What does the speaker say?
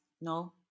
No